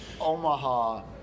Omaha